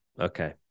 Okay